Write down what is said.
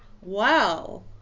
Wow